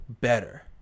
better